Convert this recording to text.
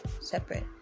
separate